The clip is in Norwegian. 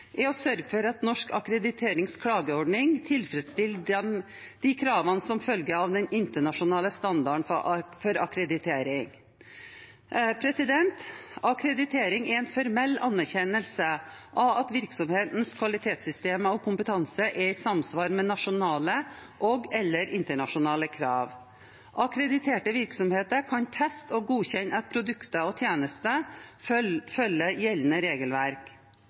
er å sørge for at Norsk akkrediterings klageordning tilfredsstiller de krav som følger av den internasjonale standarden for akkreditering. Akkreditering er en formell anerkjennelse av at virksomhetens kvalitetssystemer og kompetanse er i samsvar med nasjonale og/eller internasjonale krav. Akkrediterte virksomheter kan teste og godkjenne at produkter og tjenester følger gjeldende regelverk.